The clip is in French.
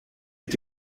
est